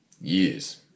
years